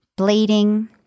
bleeding